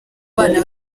bana